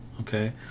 Okay